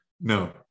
no